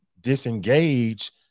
disengage